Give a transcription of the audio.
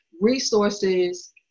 resources